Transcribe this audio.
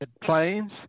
planes